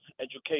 education